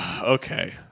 Okay